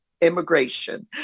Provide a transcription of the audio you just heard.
Immigration